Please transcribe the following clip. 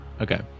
Okay